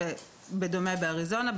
כך, בדומה לזה, באריזונה.